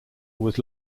was